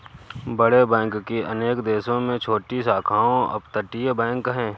बड़े बैंक की अनेक देशों में छोटी शाखाओं अपतटीय बैंक है